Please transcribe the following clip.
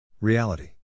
Reality